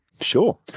Sure